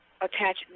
attach